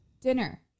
dinner